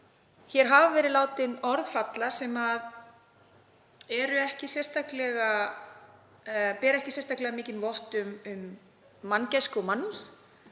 hér hafa orð verið látin falla sem bera ekki sérstaklega mikinn vott um manngæsku og mannúð.